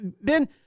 Ben